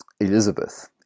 Elizabeth